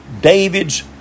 David's